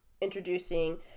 introducing